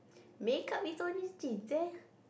makeup is on his genes